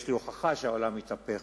יש לי הוכחה שהעולם התהפך,